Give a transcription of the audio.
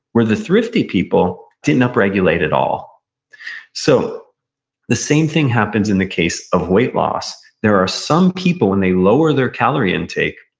where the thrifty people didn't up-regulate at all so the same thing happens in the case of weight loss. there are some people, when they lower their calorie intake,